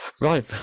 Right